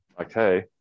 Okay